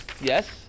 yes